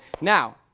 Now